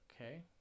okay